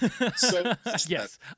Yes